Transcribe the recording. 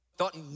Thought